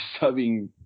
subbing